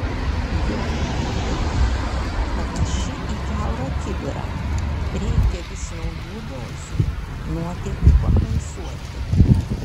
jo energetika panaši į kiaurą kibirą reikia vis naujų dozių nuotėkiui kompensuoti